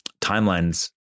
timelines